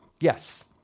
Yes